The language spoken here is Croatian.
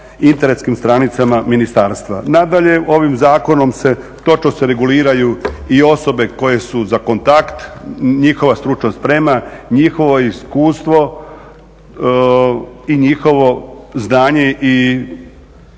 internetskim stranicama ministarstva. Nadalje, ovim zakonom točno se reguliraju i osobe koje su za kontakt, njihova stručna sprema, njihovo iskustvo i njihovo znanje i poznavanje